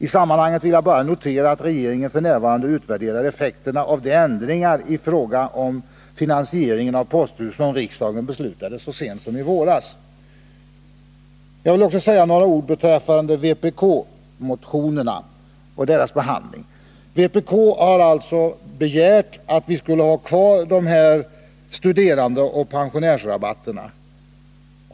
I sammanhanget vill jag bara notera att regeringen f. n. utvärderar effekterna av de ändringar i fråga om finansieringen av posthus som riksdagen beslutade så sent som i våras. Jag vill också säga några ord beträffande vpk-motionerna och deras behandling. Vpk har alltså begärt att vi skulle ha kvar studerandeoch pensionärsrabatterna.